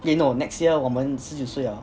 eh no next year 我们十九岁了